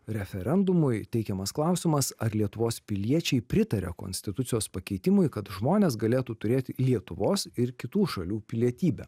referendumui teikiamas klausimas ar lietuvos piliečiai pritaria konstitucijos pakeitimui kad žmonės galėtų turėti lietuvos ir kitų šalių pilietybę